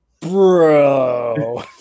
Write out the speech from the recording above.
bro